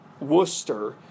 Worcester